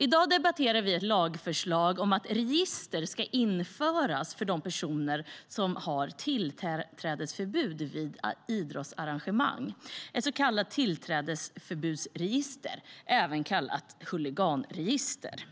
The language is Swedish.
I dag debatterar vi ett lagförslag om att ett register ska införas för de personer som har tillträdesförbud vid idrottsarrangemang, ett så kallat tillträdesförbudsregister, även kallat huliganregister.